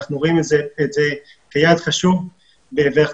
אנחנו רואים את זה כיעד חשוב ואנחנו